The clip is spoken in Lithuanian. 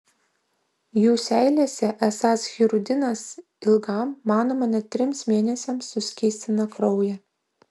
jų seilėse esąs hirudinas ilgam manoma net trims mėnesiams suskystina kraują